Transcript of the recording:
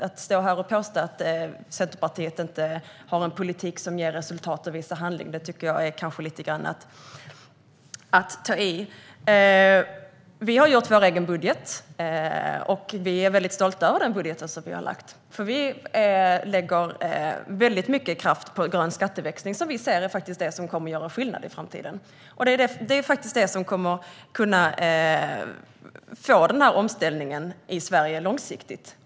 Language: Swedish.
Att stå här och påstå att Centerpartiet inte har en politik som ger resultat och visar handling är att ta i. Vi har gjort vår egen budget, och vi är väldigt stolta över den budget som vi har lagt fram. Vi lägger mycket kraft på grön skatteväxling, som vi anser är det som kommer att göra skillnad i framtiden. Det är det som kommer att ge en omställning i Sverige långsiktigt.